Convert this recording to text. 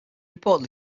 reportedly